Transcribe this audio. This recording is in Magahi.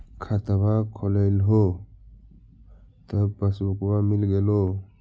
खतवा खोलैलहो तव पसबुकवा मिल गेलो?